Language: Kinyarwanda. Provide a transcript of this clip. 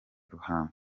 ruhango